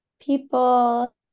People